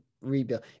rebuild